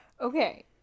Okay